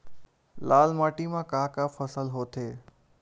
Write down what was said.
लाल माटी म का का फसल होथे?